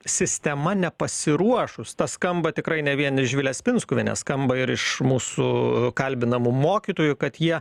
sistema nepasiruošus tas skamba tikrai ne vien živilės pinskuvienės skamba ir iš mūsų kalbinamų mokytojų kad jie